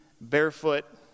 barefoot